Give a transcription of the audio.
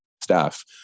staff